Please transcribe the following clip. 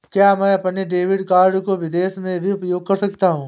क्या मैं अपने डेबिट कार्ड को विदेश में भी उपयोग कर सकता हूं?